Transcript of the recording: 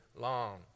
long